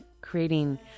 creating